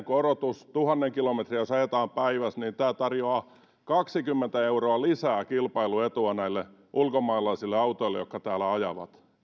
korotus tuhannen kilometriä jos ajetaan päivässä tarjoaa kaksikymmentä euroa lisää kilpailuetua näille ulkomaalaisille autoille jotka täällä ajavat